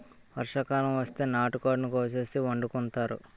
వర్షాకాలం వస్తే నాటుకోడిని కోసేసి వండుకుంతారు